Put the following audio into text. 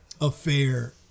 affair